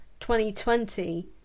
2020